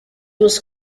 was